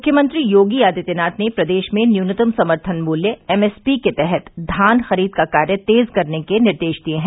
मुख्यमंत्री योगी आदित्यनाथ ने प्रदेश में न्यूनतम समर्थन मूल्य एमएसपी के तहत धान खरीद का कार्य तेज करने के निर्देश दिए हैं